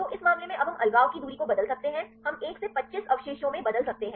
तो इस मामले में अब हम अलगाव की दूरी को बदल सकते हैं हम 1 से 25 अवशेषों में बदल सकते हैं